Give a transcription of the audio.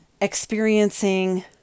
experiencing